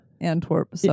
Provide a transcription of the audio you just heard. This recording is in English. Antwerp